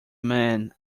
men